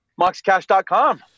MoxCash.com